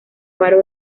faro